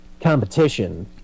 competition